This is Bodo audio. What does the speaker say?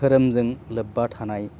धोरोमजों लोब्बा थानाय